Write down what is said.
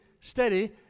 steady